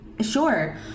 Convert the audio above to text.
Sure